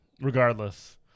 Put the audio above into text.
regardless